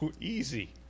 easy